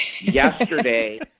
Yesterday